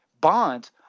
Bonds